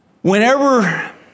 Whenever